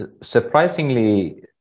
surprisingly